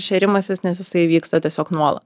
šėrimasis nes jisai vyksta tiesiog nuolat